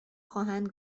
خواهند